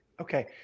Okay